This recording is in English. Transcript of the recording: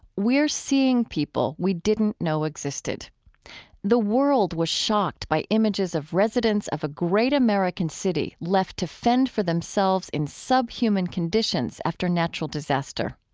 we're seeing people we didn't know existed the world was shocked by images of residents of a great american city left to fend for themselves in subhuman conditions after a natural disaster.